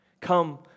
Come